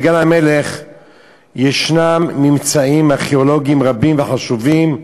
בגן-המלך יש ממצאים ארכיאולוגיים רבים וחשובים,